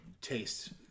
taste